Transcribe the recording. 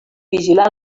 vigilar